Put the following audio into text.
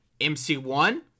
MC1